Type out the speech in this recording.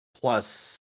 plus